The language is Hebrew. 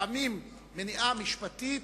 לפעמים מניעה משפטית,